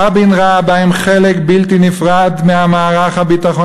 רבין ראה בהם חלק בלתי נפרד ממערך הביטחון